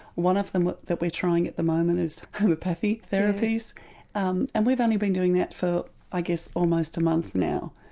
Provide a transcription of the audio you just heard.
one of them that we're trying at the moment is homeopathic therapies um and we've only been doing that for i guess almost a month now.